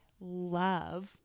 love